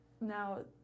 Now